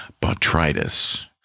Botrytis